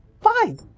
Fine